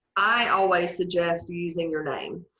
i always suggest using your name.